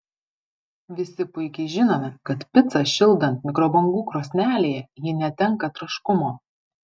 visi puikiai žinome kad picą šildant mikrobangų krosnelėje ji netenka traškumo